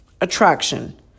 attraction